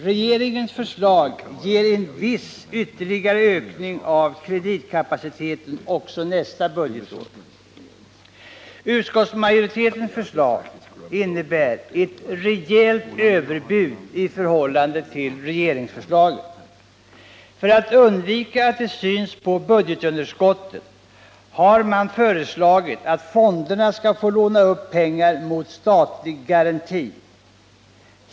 Regeringens förslag ger en viss ytterligare ökning av kreditkapaciteten också för nästa budgetår. Utskottsmajoritetens förslag innebär ett rejält överbud i förhållande till regeringsförslaget. För att undvika att det syns på budgetunderskottet har man föreslagit att fonderna skall få låna upp pengar mot statlig garanti.